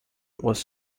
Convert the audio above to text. was